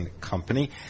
Company